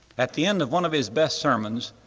at the end of one of his best sermons,